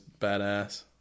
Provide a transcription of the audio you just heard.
badass